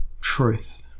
truth